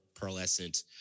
pearlescent